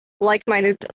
like-minded